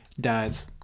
dies